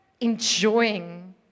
enjoying